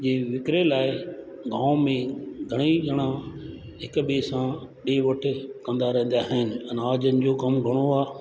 जे विकिणे लाइ गांव में घणे ई ॼणा हिक ॿिए सां ॾे वठु कंदा रहंदा आहिनि अनाजनि जो कमु घणो आहे